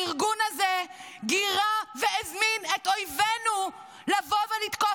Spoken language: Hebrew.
הארגון הזה גירה והזמין את אויבינו לבוא ולתקוף,